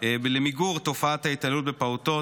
למיגור תופעת ההתעללות בפעוטות.